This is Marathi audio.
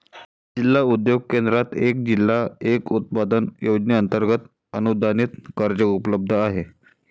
जिल्हा उद्योग केंद्रात एक जिल्हा एक उत्पादन योजनेअंतर्गत अनुदानित कर्ज उपलब्ध आहे